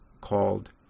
called